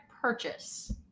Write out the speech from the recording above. purchase